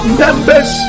members